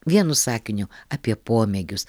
vienu sakiniu apie pomėgius